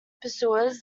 pursuers